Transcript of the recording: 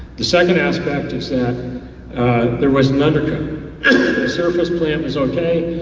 the second aspect is that there was an under cut. the surface plant was okay,